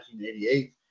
1988